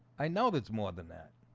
i know that's more than that